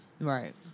Right